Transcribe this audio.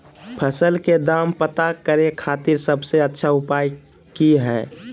फसल के दाम पता करे खातिर सबसे अच्छा उपाय की हय?